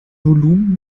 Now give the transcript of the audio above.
volumen